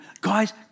guys